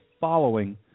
following